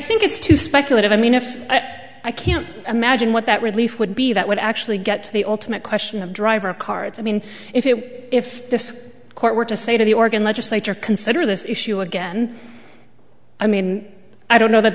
think it's too speculative i mean if i can imagine what that relief would be that would actually get to the ultimate question of driver cards i mean if you if this court were to say to the oregon legislature consider this issue again i mean i don't know that